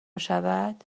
شود